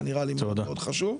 זה נראה לי מאוד מאוד חשוב.